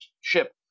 ship